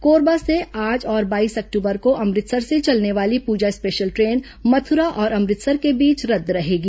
कोरबा से आज और बाईस अक्टूबर को अमृतसर से चलने वाले पूजा स्पेशल ट्रेन मथुरा और अमृतसर को बीच रद्द रहेगी